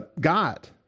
God